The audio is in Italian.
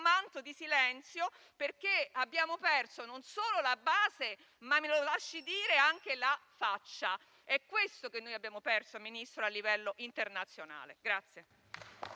manto di silenzio, perché abbiamo perso, non solo la base, ma, me lo lasci dire, anche la faccia. È questo che noi abbiamo perso a livello internazionale, signor